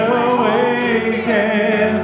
awaken